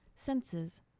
Senses